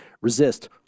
Resist